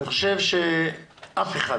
אני חושב שאף אחד